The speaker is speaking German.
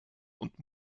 und